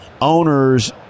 owners